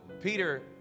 peter